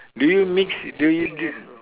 do you mix do you do